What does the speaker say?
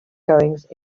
goings